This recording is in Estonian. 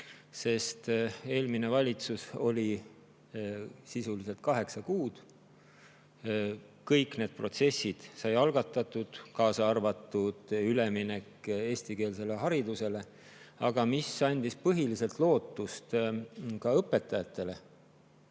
sest eelmine valitsus oli [võimul] sisuliselt kaheksa kuud. Kõik need protsessid said algatatud, kaasa arvatud üleminek eestikeelsele haridusele. Aga mis andis põhiliselt lootust ka õpetajatele,